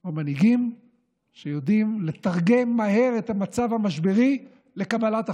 או מנהיגים שיודעים לתרגם מהר את המצב המשברי לקבלת החלטות.